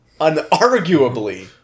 unarguably